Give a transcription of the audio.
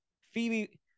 Phoebe